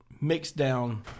mixed-down